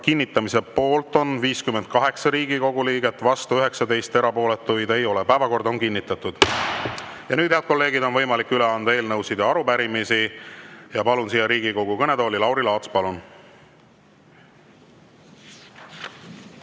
kinnitamise poolt on 58 Riigikogu liiget, vastu 19, erapooletuid ei ole. Päevakord on kinnitatud. Ja nüüd, head kolleegid, on võimalik üle anda eelnõusid ja arupärimisi. Palun Riigikogu kõnetooli Lauri Laatsi. Palun!